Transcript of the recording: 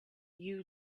you